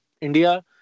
India